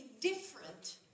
different